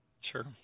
Sure